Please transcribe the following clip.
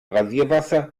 rasierwasser